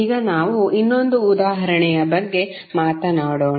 ಈಗ ನಾವು ಇನ್ನೊಂದು ಉದಾಹರಣೆಯ ಬಗ್ಗೆ ಮಾತನಾಡೋಣ